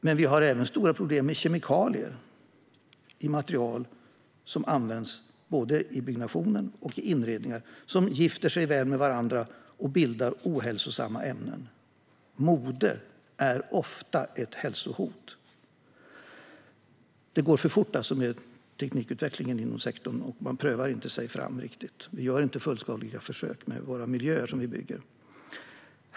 Men vi har även stora problem med kemikalier i material som används både i byggnation och i inredning, som gifter sig väl med varandra och bildar ohälsosamma ämnen. Mode är ofta ett hälsohot. Det går alltså för fort med teknikutvecklingen inom sektorn, och man prövar sig inte fram ordentligt. Det görs inte fullskaliga försök med de miljöer som vi bygger.